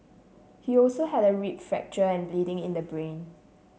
he also had a rib fracture and bleeding in the brain